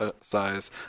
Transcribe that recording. size